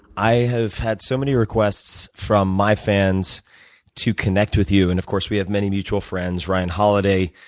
i have had so many requests from my fans to connect with you. and of course we have many mutual friends ryan holiday,